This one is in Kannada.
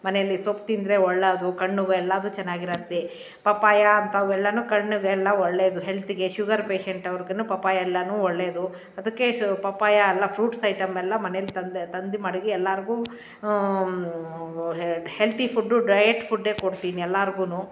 ಮನೆಯಲ್ಲಿ ಸೊಪ್ಪು ತಿಂದರೆ ಒಳ್ಳೇದು ಕಣ್ಣುವೇಲ್ಲಾದು ಚೆನ್ನಾಗಿರತ್ತೆ ಪಪ್ಪಾಯ ಅಂಥವೆಲ್ಲನು ಕಣ್ಣಿಗೆಲ್ಲ ಒಳ್ಳೆಯದು ಹೆಲ್ತ್ಗೆ ಶುಗರ್ ಪೇಷಂಟ್ ಅವ್ರಗು ಪಪ್ಪಾಯ ಎಲ್ಲಾನು ಒಳ್ಳೆಯದು ಶು ಪಪ್ಪಾಯ ಎಲ್ಲ ಪ್ರೂಟ್ಸ್ ಐಟಮ್ ಎಲ್ಲ ಮನೆಲಿ ತಂದು ತಂದು ಮಡಗಿ ಎಲ್ಲರಿಗೂ ಹೆಲ್ತಿ ಫುಡ್ಡು ಡಯಟ್ ಫುಡ್ಡೇ ಕೊಡ್ತೀನಿ ಎಲ್ಲಾರ್ಗು